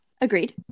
Agreed